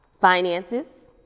Finances